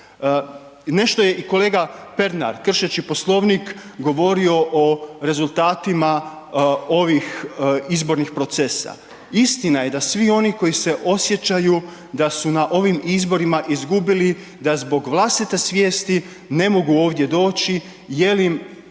Nešto je i kolega Pernar, kršeći poslovnik, govorio o rezultatima ovih izbornih procesa. Istina je da svi oni koji se osjećaju da su na ovim izborima izgubili, da zbog vlastite svijesti ne mogu ovdje doći jel im